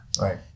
Right